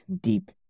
deep